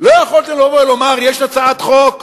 לא יכולתם לבוא ולומר: יש הצעת חוק,